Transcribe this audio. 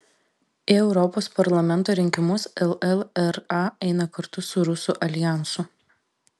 į europos parlamento rinkimus llra eina kartu su rusų aljansu